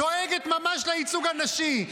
דואגת ממש לייצוג הנשי.